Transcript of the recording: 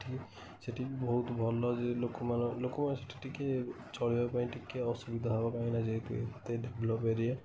ସେଇଠି ସେଇଠି ବହୁତ ଭଲ ଲୋକମାନେ ଲୋକମାନେ ସେଇଠି ଟିକେ ଚଳିବା ପାଇଁ ଟିକେ ଅସୁବିଧା ହବ କାହିଁକିନା ଯେହେତୁ ଏତେ ଡେଭଲପ୍ ଏରିଆ